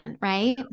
right